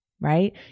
right